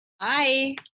Hi